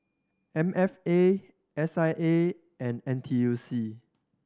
M F A S I A and N T U C